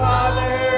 Father